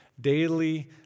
daily